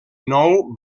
nou